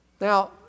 Now